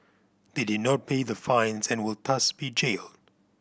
they did not pay the fines and will thus be jailed